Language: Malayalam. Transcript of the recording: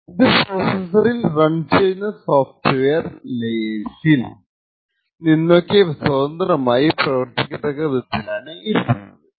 ഇത് പ്രോസസ്സറിൽ റൺ ചെയ്യുന്ന സോഫ്ട്വെയർ ലെയർസിൽ നിന്നൊക്കെ സ്വതന്ത്രമായി പ്രവർത്തിക്കത്തക്ക വിധത്തിലാണ് ഇരിക്കുന്നത്